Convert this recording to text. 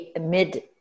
mid